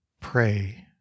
pray